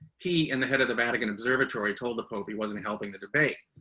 he and the head of the vatican observatory told the pope he wasn't helping the debate.